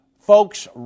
Folks